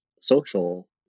social